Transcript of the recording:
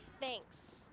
Thanks